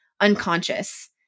unconscious